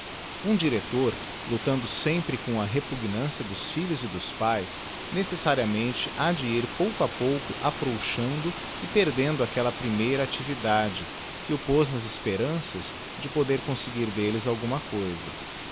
um director lutando sempre com a repugnância dos filhos e dos pães necessariamente ha de ir pouco a pouco afrouxando e perdendo aquella primeira actividade que o pez nas esperanças de poder conseguir delles alguma cousa